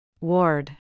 Ward